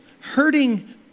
Hurting